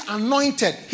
anointed